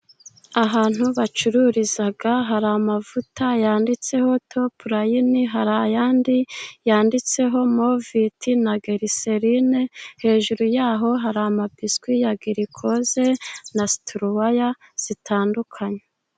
Ahantu bacururiza hari amavuta yanditseho topu rayini, hari andi yanditseho moviti, na giriserine. Hejuru yaho hari ama biswi ya girikose, na situruwaya zitandukanye.